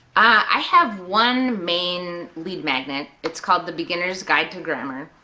i have one main lead magnet, it's called the beginner's guide to grammar,